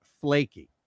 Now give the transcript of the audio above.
flaky